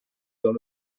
dans